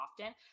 often